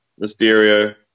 mysterio